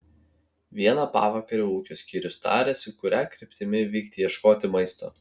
vieną pavakarę ūkio skyrius tarėsi kuria kryptimi vykti ieškoti maisto